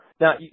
Now